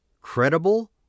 credible